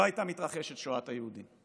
לא הייתה מתרחשת שואת היהודים.